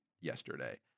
yesterday